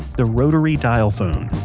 the rotary dial phone